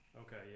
Okay